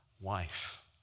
wife